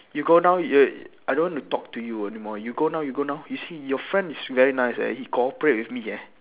you go now you I don't want to talk to you anymore you go now you go now you see your friend is very nice eh he cooperate with me eh